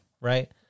right